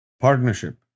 Partnership